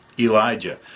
Elijah